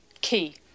Key